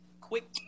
quick